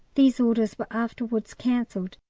these orders were afterwards cancelled,